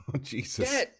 Jesus